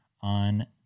on